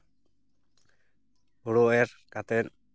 ᱦᱳᱲᱳ ᱮᱨ ᱠᱟᱛᱮᱫ